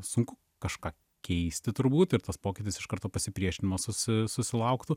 sunku kažką keisti turbūt ir tas pokytis iš karto pasipriešinimo susi susilauktų